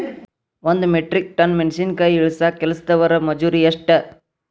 ಒಂದ್ metric ton ಮೆಣಸಿನಕಾಯಿ ಇಳಸಾಕ್ ಕೆಲಸ್ದವರ ಮಜೂರಿ ಎಷ್ಟ?